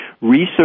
research